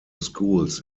schools